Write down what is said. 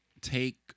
take